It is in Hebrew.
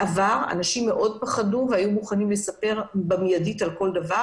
בעבר אנשים פחדו וסיפרו על כל דבר,